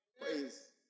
Praise